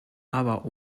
aber